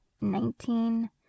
nineteen